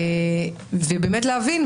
ובאמת להבין,